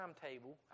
timetable